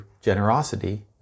generosity